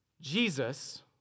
Jesus